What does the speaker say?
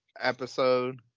episode